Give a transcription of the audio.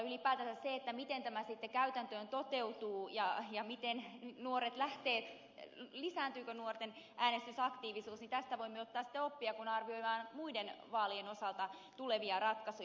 ylipäätänsä siitä miten tämä sitten käytäntöön toteutuu ja miten nuoret lähtevät lisääntyykö nuorten äänestysaktiivisuus voimme ottaa sitten oppia kun arvioidaan muiden vaalien osalta tulevia ratkaisuja